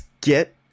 get